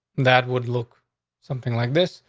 that would look something like this.